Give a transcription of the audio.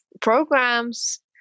programs